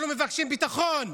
אנחנו מבקשים ביטחון,